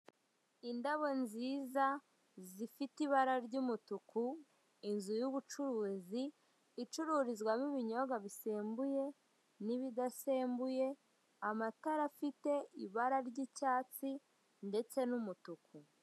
Indabo nziza zifite ibara ry'umutuku, inzu y'ubucurizi icururizwamo ibinyobwa bisembuye n'ibidasembuye, amatara afite ibara ry'icyatsi ndetse n'umutuku.